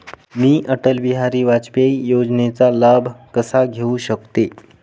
मी अटल बिहारी वाजपेयी योजनेचा लाभ कसा घेऊ शकते?